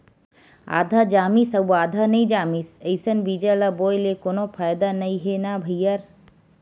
आधा जामिस अउ आधा नइ जामिस अइसन बीजा ल बोए ले कोनो फायदा नइ हे न भईर